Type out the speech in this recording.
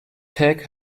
tech